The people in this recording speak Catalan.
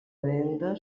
venda